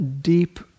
deep